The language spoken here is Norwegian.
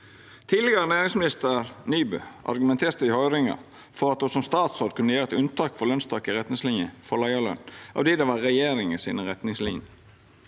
Tidlegare næringsminister Nybø argumenterte i høyringa for at ho som statsråd kunne gjera eit unntak frå lønstaket i retningslinjene for leiarløn av di det var regjeringa sine retningslinjer.